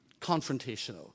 confrontational